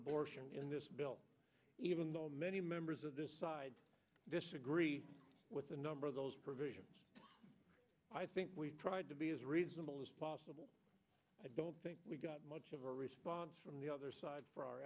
abortion in this bill even though many members of the disagree with a number of those provisions i think we've tried to be as reasonable as possible i don't think we've got much of a response from the other side